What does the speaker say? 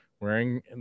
wearing